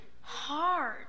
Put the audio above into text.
Hard